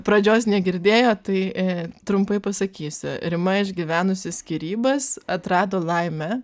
pradžios negirdėjo tai trumpai pasakysiu rima išgyvenusi skyrybas atrado laimę